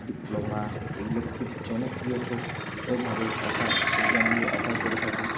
diploma এগুলো খুব জনপ্রিয় ভাবে অফার প্রোগ্রামগুলি অফার করে থাকে